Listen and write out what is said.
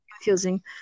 confusing